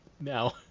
now